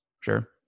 Sure